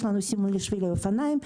יש לנו סימון לשבילי אופניים,